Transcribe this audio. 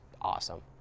awesome